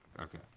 Okay